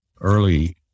Early